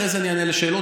אחרי זה אענה על השאלות,